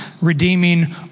redeeming